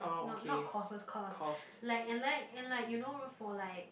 not not courses course like and like and like you know for like